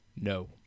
No